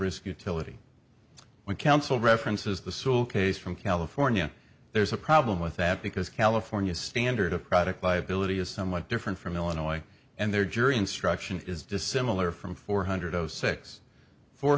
risk utility when counsel references the school case from california there's a problem with that because california's standard of product liability is somewhat different from illinois and their jury instruction is dissimilar from four hundred zero six four